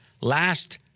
Last